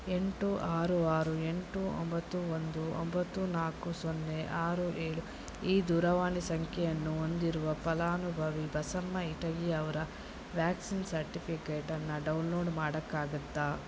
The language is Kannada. ಎಂಟು ಆರು ಆರು ಎಂಟು ಒಂಬತ್ತು ಒಂದು ಒಂಬತ್ತು ನಾಲ್ಕು ಸೊನ್ನೆ ಆರು ಏಳು ಈ ದೂರವಾಣಿ ಸಂಖ್ಯೆಯನ್ನು ಹೊಂದಿರುವ ಫಲಾನುಭವಿ ಬಸಮ್ಮಇಟಗಿ ಅವರ ವ್ಯಾಕ್ಸಿನ್ ಸರ್ಟಿಫಿಕೇಟನ್ನು ಡೌನ್ಲೋಡ್ ಮಾಡಕ್ಕಾಗತ್ತಾ